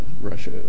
Russia